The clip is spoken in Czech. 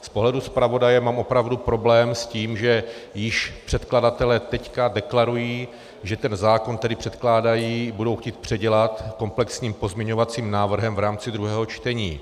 Z pohledu zpravodaje mám opravdu problém s tím, že již předkladatelé teď deklarují, že zákon, který předkládají, budou chtít předělat komplexním pozměňovacím návrhem v rámci druhého čtení.